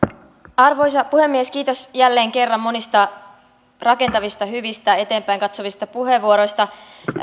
arvoisa puhemies kiitos jälleen kerran monista rakentavista hyvistä eteenpäin katsovista puheenvuoroista